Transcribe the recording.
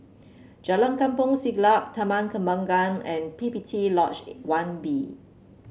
Jalan Kampong Siglap Taman Kembangan and P P T Lodge One B